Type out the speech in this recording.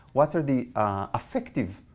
what are the affective,